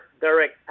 direct